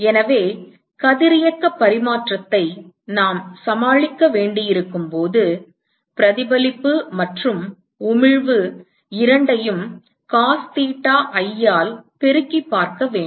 எனவே கதிரியக்க பரிமாற்றத்தை நாம் சமாளிக்க வேண்டியிருக்கும் போது பிரதிபலிப்பு மற்றும் உமிழ்வு இரண்டையும் காஸ் தீட்டா i ஆல் பெருக்கி பார்க்க வேண்டும்